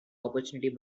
opportunity